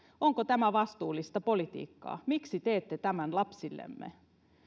onko tämä vastuullista politiikkaa miksi teette tämän lapsillemme